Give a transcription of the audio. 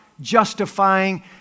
justifying